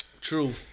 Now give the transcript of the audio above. True